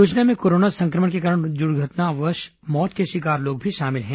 योजना में कोरोना संक्रमण के कारण दुर्घटनावश मौत के शिकार लोग भी शामिल हैं